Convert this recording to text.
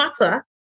matter